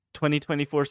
2024